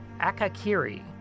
Akakiri